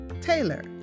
Taylor